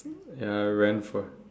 ya rent for